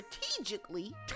strategically